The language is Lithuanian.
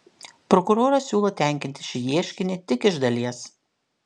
prokuroras siūlo tenkinti šį ieškinį tik iš dalies